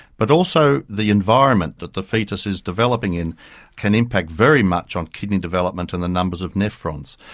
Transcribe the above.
but also the environment that the fetus is developing in can impact very much on kidney development and the numbers of nephrons.